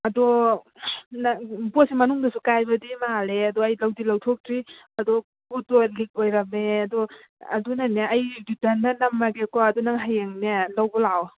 ꯑꯗꯣ ꯄꯣꯠꯁꯦ ꯃꯅꯨꯡꯗꯁꯨ ꯀꯥꯏꯕꯗꯤ ꯃꯥꯜꯂꯦ ꯑꯗꯣ ꯑꯩ ꯂꯧꯗꯤ ꯂꯧꯊꯣꯛꯇ꯭ꯔꯤ ꯑꯗꯣ ꯄꯣꯠꯇꯣ ꯂꯤꯛ ꯑꯣꯏꯔꯝꯃꯦ ꯑꯗꯣ ꯑꯗꯨꯅꯅꯦ ꯑꯩ ꯔꯤꯇꯔꯟꯗ ꯅꯝꯃꯒꯦꯀꯣ ꯑꯗꯣ ꯅꯪ ꯍꯌꯦꯡꯅꯦ ꯂꯧꯕ ꯂꯥꯛꯑꯣ